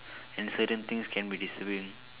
and certain things can be disturbing